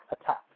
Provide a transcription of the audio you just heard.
attack